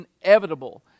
inevitable